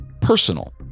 personal